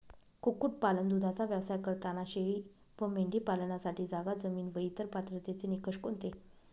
कुक्कुटपालन, दूधाचा व्यवसाय करताना शेळी व मेंढी पालनासाठी जागा, जमीन व इतर पात्रतेचे निकष कोणते?